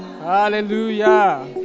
Hallelujah